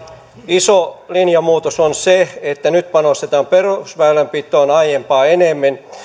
iso linjamuutos on se että nyt panostetaan perusväylänpitoon aiempaa enemmän